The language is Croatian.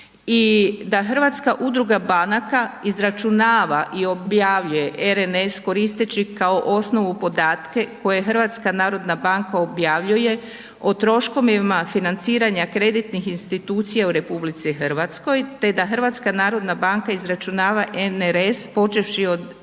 Hrvatska udruga banaka izračunava i objavljuje RNS koristeći kao osnovu podatke koje HNB objavljuje o troškovima financiranja kreditnih institucija u RH te da HNB izračunava NRS počevši od